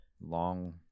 long